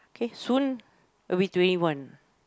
okay soon will be twenty one